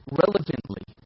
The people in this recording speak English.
relevantly